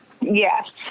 Yes